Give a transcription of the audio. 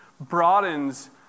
broadens